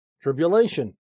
Tribulation